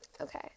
Okay